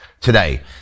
today